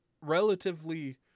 relatively